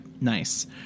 nice